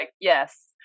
Yes